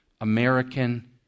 American